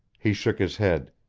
he shook his head.